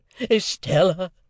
Estella